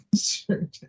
Sure